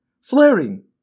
flaring